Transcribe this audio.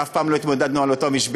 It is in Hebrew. אף פעם לא התמודדנו על אותה משבצת,